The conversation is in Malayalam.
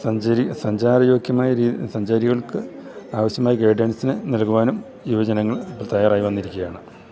സഞ്ചരി സഞ്ചാരയോഗ്യമായ രി സഞ്ചാരികൾക്ക് ആവശ്യമായ ഗൈഡൻസിന് നൽകുവാനും യുവജനങ്ങൾ തയ്യാറായി വന്നിരിക്കുകയാണ്